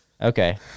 Okay